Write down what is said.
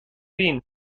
wien